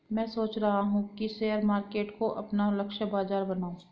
मैं सोच रहा हूँ कि शेयर मार्केट को अपना लक्ष्य बाजार बनाऊँ